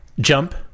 Jump